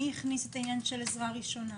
מי הכניס את העניין של עזרה ראשונה?